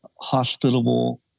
hospitable